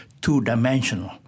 two-dimensional